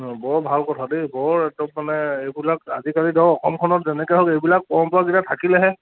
বৰ ভাল কথা দেই বৰ একদম মানে এইবিলাক আজিকালি ধৰক অসমখনত যেনেকৈ হওক এইবিলাক পৰম্পৰা যেতিয়া থাকিলেহে